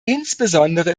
insbesondere